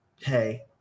hey